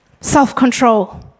self-control